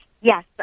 Yes